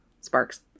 sparks